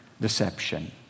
deception